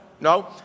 No